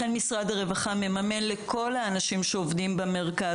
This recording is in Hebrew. לכן משרד הרווחה מממן לכל האנשים שעובדים במרכז,